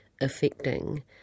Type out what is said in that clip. affecting